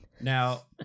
Now